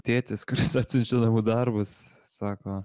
tėtis kuris atsiunčia namų darbus sako